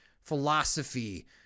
philosophy